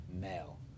Male